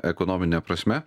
ekonomine prasme